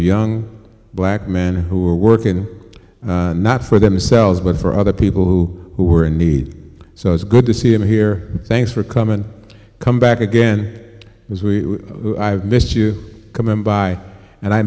young black men who were working not for themselves but for other people who who were in need so it's good to see and hear thanks for coming come back again as we missed you coming by and i